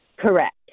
correct